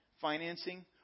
financing